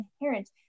inherent